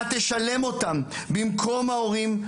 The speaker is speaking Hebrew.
היא זאת שתשלם אותם במקום ההורים.